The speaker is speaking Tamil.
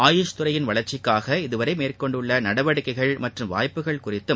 ஆயுஷ் துறையின் வளர்ச்சிக்காக இதுவரை மேற்கொண்டுள்ள நடவடிக்கைகள் மற்றும் வாய்ப்புகள் குறித்தும்